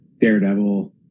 Daredevil